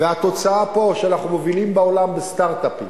והתוצאה היא שאנחנו פה מובילים בעולם בסטארט-אפ,